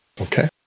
Okay